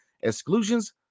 exclusions